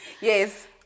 Yes